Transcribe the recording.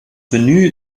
menü